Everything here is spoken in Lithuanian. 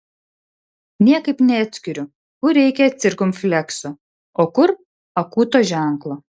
niekaip neatskiriu kur reikia cirkumflekso o kur akūto ženklo